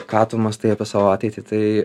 ką tu mąstai apie savo ateitį tai